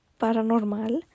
Paranormal